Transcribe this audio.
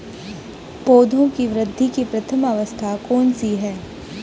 पौधों की वृद्धि की प्रथम अवस्था कौन सी है?